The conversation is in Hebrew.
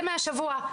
זה מהשבוע.